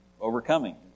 overcoming